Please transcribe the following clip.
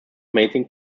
mating